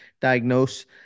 diagnose